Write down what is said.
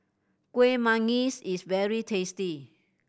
Kueh Manggis is very tasty